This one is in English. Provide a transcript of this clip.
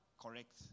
correct